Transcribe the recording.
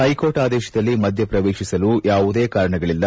high court ಆದೇಶದಲ್ಲಿ ಮಧ್ಯ ಪ್ರವೇಶಿಸಲು ಯಾವುದೇ ಕಾರಣಗಳಿಲ್ಲ